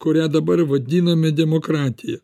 kurią dabar vadiname demokratija